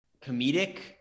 comedic